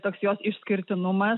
toks jos išskirtinumas